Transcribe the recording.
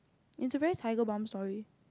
it's a very tiger balm story